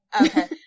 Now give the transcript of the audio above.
Okay